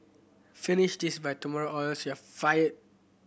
finish this by tomorrow or else you'll fired